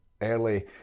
early